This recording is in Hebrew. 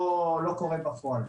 לא קורה בפועל.